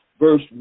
verse